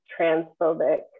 transphobic